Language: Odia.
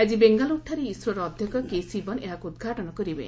ଆକି ବେଙ୍ଗାଲ୍ରୁଠାରେ ଇସ୍ରୋର ଅଧ୍ୟକ୍ଷ କେଶିବନ୍ ଏହାକୁ ଉଦ୍ଘାଟନ କରିବେ